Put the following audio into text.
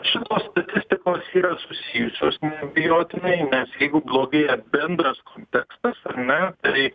šitos statistikos yra susijusios neabejotinai nes jeigu blogėja bendras kontekstas ar ne tai